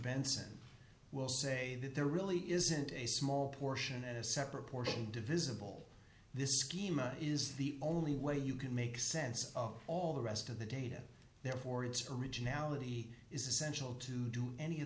benson will say that there really isn't a small portion and a separate portion divisible this schema is the only way you can make sense of all the rest of the data therefore its originality is essential to do any of